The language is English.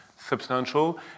substantial